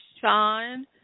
Sean